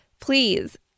Please